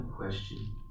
question